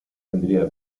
tendría